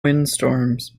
windstorms